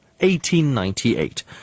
1898